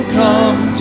come